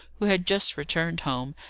who had just returned home,